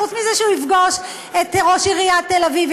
חוץ מזה שהוא יפגוש את ראש עיריית תל-אביב,